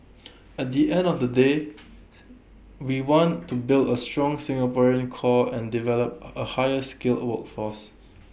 at the end of the day we want to build A strong Singaporean core and develop A higher skilled workforce